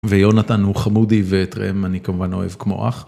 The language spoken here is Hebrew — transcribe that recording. ויונתן הוא חמודי ואת ראם אני כמובן אוהב כמו אח.